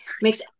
makes